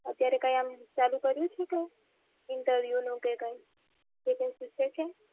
અત્યારે કાંઈ આમ ચાલુ કર્યું છે કાંઈ ઈન્ટરવ્યૂનું કે કાંઈ વેકેન્સી છે ક્યાંય